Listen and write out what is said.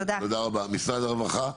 תודה, משרד הרווחה.